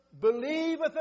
believeth